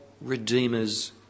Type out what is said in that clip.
Redeemer's